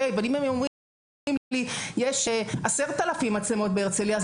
אבל אם הם אומרים לי שיש 10,000 מצלמות בהרצליה,